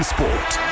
Sport